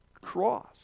cross